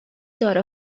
داره